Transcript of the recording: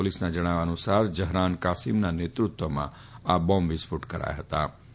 પોલીસના જણાવ્યા અનુસાર ઝફરાન કાસીમના નેતૃત્વમાં આ બોંબ વિસ્ફોટ કરાયા ફતા